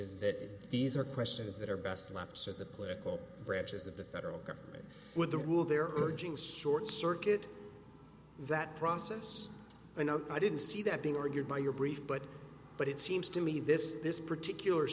is that these are questions that are best left to the political branches of the federal government with the rule they're urging short circuit that process i know i didn't see that being argued by your brief but but it seems to me this this particular